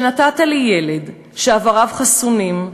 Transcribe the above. שנתת לי ילד שאבריו חסונים,